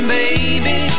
baby